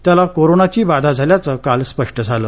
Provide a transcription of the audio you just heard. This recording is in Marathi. त्याला कोरोनाची बाधा झाल्याचं काल स्पष्ट झालं